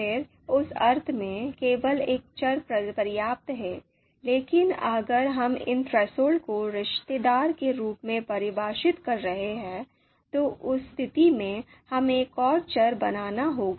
फिर उस अर्थ में केवल एक चर पर्याप्त है लेकिन अगर हम इन थ्रेसहोल्ड को रिश्तेदार के रूप में परिभाषित कर रहे हैं तो उस स्थिति में हमें एक और चर बनाना होगा